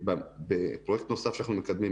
פרויקט נוסף שאנחנו מקדמים,